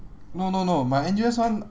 no no no my N_U_S one